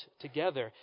together